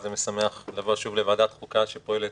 זה משמח לבוא שוב לוועדת החוקה שפועלת,